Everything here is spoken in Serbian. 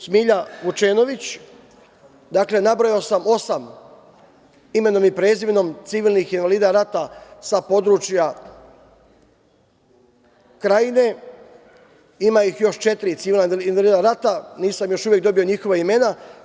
Smilja Vučenović, dakle nabrojao sam osam imenom i prezimenom civilnih invalida rata, sa područja Krajine, ima ih još četiri civilna invalida rata, nisam još uvek dobio njihova imena.